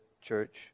church